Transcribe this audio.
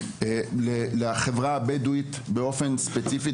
לחברה הבדואית באופן ספציפי.